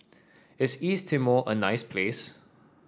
is East Timor a nice place